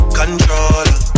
controller